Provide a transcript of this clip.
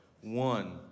One